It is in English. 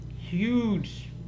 Huge